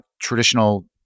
traditional